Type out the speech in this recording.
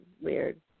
weird